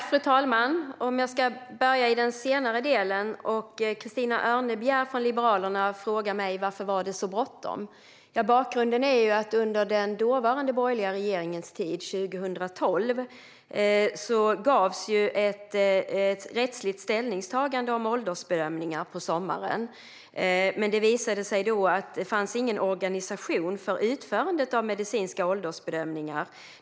Fru talman! Låt mig börja i den senare delen. Christina Örnebjär från Liberalerna frågar mig varför var det var så bråttom. Bakgrunden är att under den dåvarande borgerliga regeringens tid, på sommaren 2012, gjordes ett rättsligt ställningstagande om åldersbedömningar. Det visade sig dock då att det inte fanns någon organisation för utförandet av medicinska åldersbedömningar.